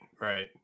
right